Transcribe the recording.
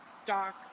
stock